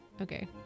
okay